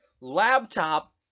Laptop